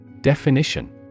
Definition